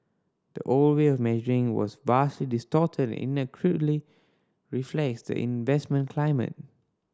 the old way of measuring was vastly distorted and inaccurately reflects the investment climate